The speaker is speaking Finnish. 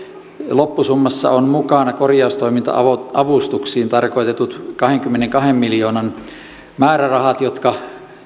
loppusummassa ovat mukana korjaustoiminta avustuksiin tarkoitetut kahdenkymmenenkahden miljoonan määrärahat jotka